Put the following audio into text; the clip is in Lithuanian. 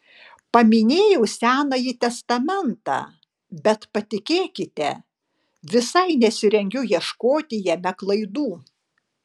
paminėjau senąjį testamentą bet patikėkite visai nesirengiu ieškoti jame klaidų